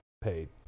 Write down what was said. paid